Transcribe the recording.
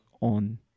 on